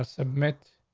ah submit,